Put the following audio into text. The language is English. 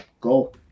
go